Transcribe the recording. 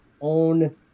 own